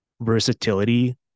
versatility